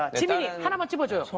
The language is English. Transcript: ah yeah how much you but miss her.